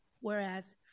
whereas